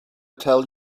tell